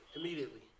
immediately